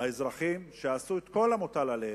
האזרחים שעשו את כל המוטל עליהם.